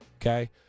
Okay